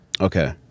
Okay